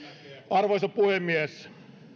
arvoisa puhemies